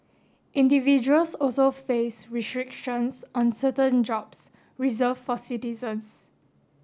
individuals also face restrictions on certain jobs reserved for citizens